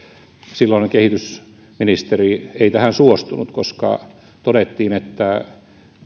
silloinen kehitysministeri ei tähän suostunut koska todettiin että